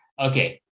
Okay